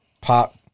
Pop